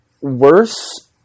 Worse